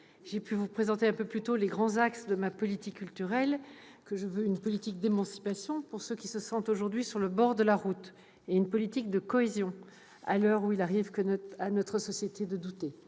j'ai pu vous présenter, un peu plus tôt, les grands axes de ma politique culturelle, que je veux d'émancipation, pour ceux qui se sentent aujourd'hui sur le bord de la route, et de cohésion, à l'heure où il arrive à notre société de douter.